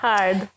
Hard